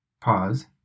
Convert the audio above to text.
pause